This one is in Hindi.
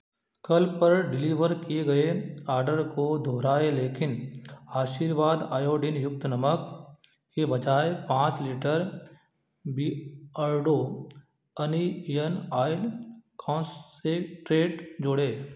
कल पर डिलीवर किए गए आर्डर को दोहराएँ लेकिन आशीर्वाद आयोडीन युक्त नमक के बजाय पाँच litre Beardo onion oil concentrate जोड़े